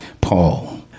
Paul